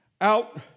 out